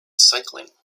cycling